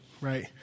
right